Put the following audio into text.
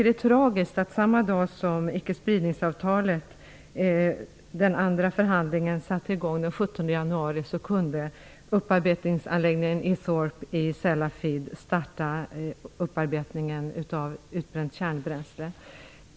Det är tragiskt att upparbetningsanläggningen i januari -- samma dag som den andra förhandlingen om icke-spridningsavtalet satte i gång.